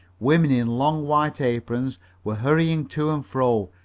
women in long white aprons were hurrying to and fro,